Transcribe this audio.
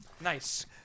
Nice